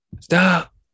stop